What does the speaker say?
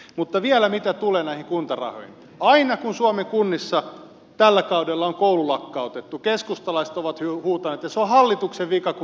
mutta vielä mitä tulee näihin kuntarahoihin niin aina kun suomen kunnissa tällä kaudella on koulu lakkautettu keskustalaiset ovat huutaneet että se on hallituksen vika kun valtionosuuksia leikataan